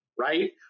right